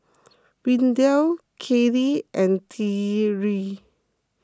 Windell Kellee and Tre